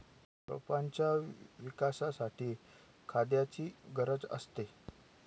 रोपांच्या विकासासाठी खाद्याची गरज असते